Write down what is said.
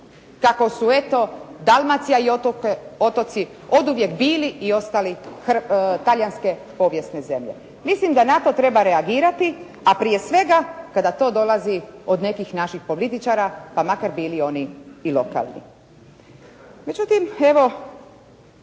kako su eto Dalmacija i otoci oduvijek bili i ostali talijanske povijesne zemlje. Mislim da na to treba reagirati, a prije svega kada to dolazi od nekih naših političara, pa makar bili oni i lokalni.